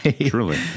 Truly